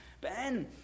Ben